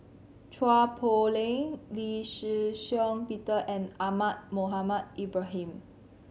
Chua Poh Leng Lee Shih Shiong Peter and Ahmad Mohamed Ibrahim